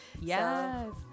yes